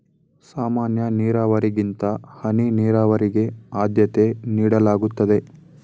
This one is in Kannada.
ಸಾಮಾನ್ಯ ನೀರಾವರಿಗಿಂತ ಹನಿ ನೀರಾವರಿಗೆ ಆದ್ಯತೆ ನೀಡಲಾಗುತ್ತದೆ